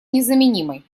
незаменимой